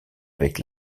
avec